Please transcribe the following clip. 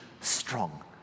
strong